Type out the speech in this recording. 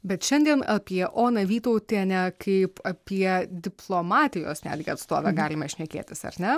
bet šiandien apie oną vytautienę kaip apie diplomatijos netgi atstovę galime šnekėtis ar ne